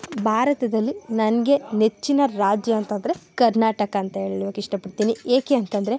ಭಾರತದಲ್ಲಿ ನನಗೆ ನೆಚ್ಚಿನ ರಾಜ್ಯ ಅಂತಂದರೆ ಕರ್ನಾಟಕ ಅಂತ ಹೇಳೋಕ್ ಇಷ್ಟಪಡ್ತೀನಿ ಏಕೆ ಅಂತಂದರೆ